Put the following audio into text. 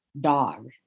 dog